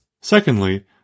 Secondly